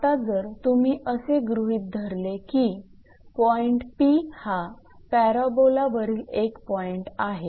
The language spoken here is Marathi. आता जर तुम्ही असे गृहीत धरले की पॉईंट P हा पॅराबोला वरील एक पॉईंट आहे